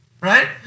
Right